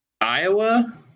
Iowa